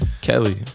Kelly